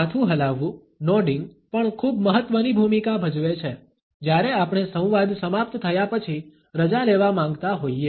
માથું હલાવવું નોડિંગ પણ ખૂબ મહત્વની ભૂમિકા ભજવે છે જ્યારે આપણે સંવાદ સમાપ્ત થયા પછી રજા લેવા માગતા હોઈએ